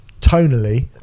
tonally